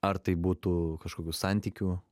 ar tai būtų kažkokių santykių